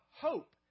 hope